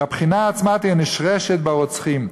והבחינה עצמה תהיה נשרשת ברוצחים".